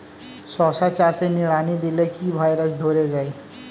শশা চাষে নিড়ানি দিলে কি ভাইরাস ধরে যায়?